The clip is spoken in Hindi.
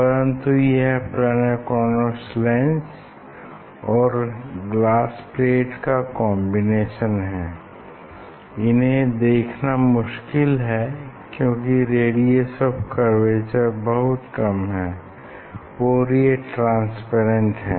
परन्तु यह प्लेनो कॉन्वेक्स लेंस और ग्लास प्लेट का कॉम्बिनेशन है इन्हें देखना मुश्किल है क्यूंकि रेडियस ऑफ़ कर्वेचर बहुत कम है और ये ट्रांसपेरेंट हैं